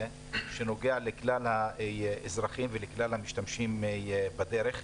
שנוגע לכלל האזרחים וכלל המשתמשים בדרך.